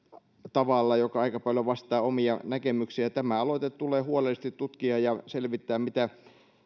tavalla joka aika paljon vastaa omia näkemyksiäni tämä aloite tulee huolellisesti tutkia ja selvittää mitä